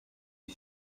est